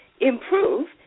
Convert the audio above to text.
improve